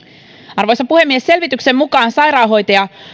arvoisa puhemies selvityksen mukaan sairaanhoitaja